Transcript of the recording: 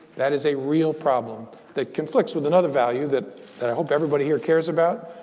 that is a real problem that conflicts with another value that that i hope everybody here cares about.